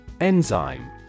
Enzyme